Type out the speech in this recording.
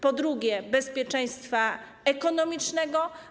Po drugie, bezpieczeństwa ekonomicznego.